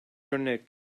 örnek